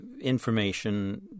information